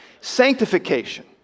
Sanctification